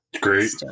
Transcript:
Great